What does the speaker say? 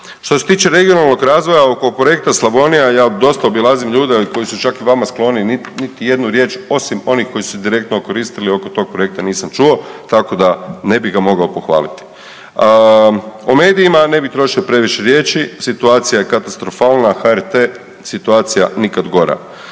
Što se tiče regionalnog razvoja oko Projekta Slavonija, ja dosta obilazim ljude koji su čak i vama skloni, niti jednu riječ osim onih koji su se direktno okoristili oko tog projekta nisam čuo tako da ne bih ga mogao pohvaliti. O medijima ne bi trošio previše riječi, situacija je katastrofalna, HRT situacija nikad gora.